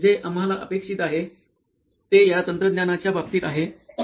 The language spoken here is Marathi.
तर जे आम्हाला अपेक्षित आहे ते या तंत्रज्ञानाच्या बाबतीत आहे